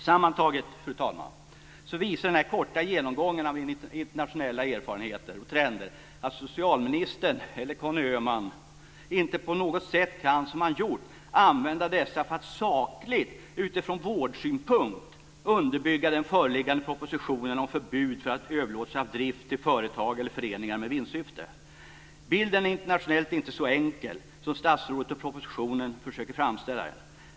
Sammantaget visar den här korta genomgången av internationella erfarenheter och trender att socialministern inte på något sätt kan använda dessa, som han har gjort, för att sakligt utifrån vårdsynpunkt underbygga den föreliggande propositionen om förbud för överlåtelse av drift till företag eller föreningar med vinstsyfte. Den internationella bilden är inte så enkel som statsrådet och propositionen försöker framställa den.